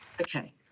Okay